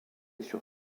sur